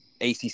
ACC